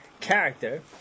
character